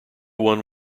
won